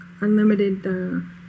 unlimited